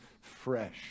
fresh